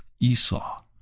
Esau